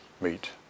meet